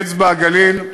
לאצבע-הגליל,